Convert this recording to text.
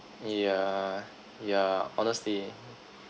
yeah yeah honestly